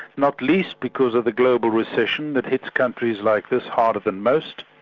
not least because of the global recession that hits countries like this harder than most.